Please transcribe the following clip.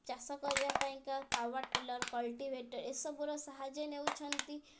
ଚାଷ କରିବା ପାଇଁକା ପାୱାର୍ଟିଲର୍ କଲ୍ଟିଭେଟର୍ ଏସବୁର ସାହାଯ୍ୟ ନେଉଛନ୍ତି